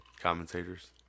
commentators